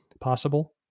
possible